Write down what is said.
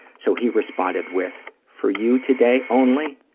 so he responded with, for you today only,